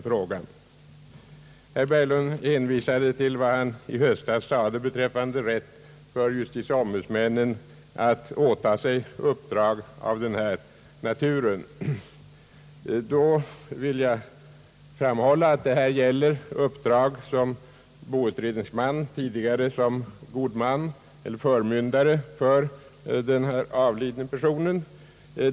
Herr Berglund hänvisade till vad han i höstas sade beträffande rätt för justitieombudsmannen att åta sig uppdrag av denna natur. Då vill jag framhålla att det gäller uppdrag som boutredningsman, tidigare som god man eller förmyndare för den avlidne personen.